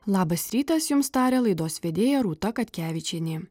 labas rytas jums taria laidos vedėja rūta katkevičienė